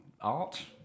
art